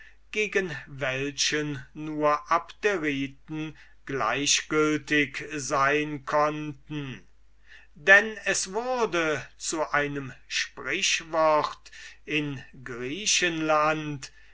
gegen welchen nur abderiten gleichgültig sein konnten denn es wurde zu einem sprüchwort in griechenland